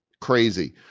crazy